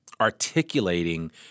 articulating